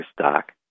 stock